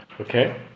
Okay